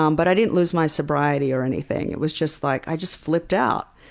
um but i didn't lose my sobriety or anything. it was just like i just flipped out.